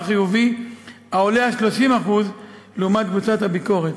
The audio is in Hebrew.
חיובי העולה על 30% לעומת קבוצת הביקורת.